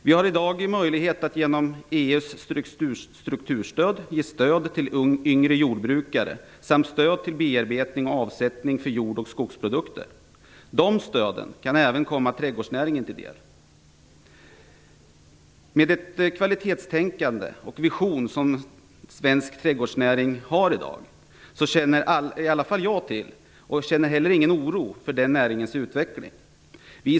Vi har i dag en möjlighet att genom EU:s strukturstöd ge stöd till yngre jordbrukare samt stöd till bearbetning och avsättning för jordbruks och skogsprodukter. Dessa stöd kan även komma trädgårdsnäringen till del. Jag känner till det kvalitetstänkande och den vision som svensk trädgårdsnäring har i dag. Därför känner jag ingen oro för näringens utveckling.